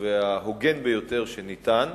וההוגן ביותר שניתן,